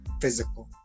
physical